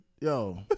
Yo